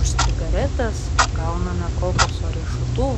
už cigaretes gauname kokoso riešutų